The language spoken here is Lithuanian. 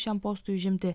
šiam postui užimti